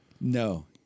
no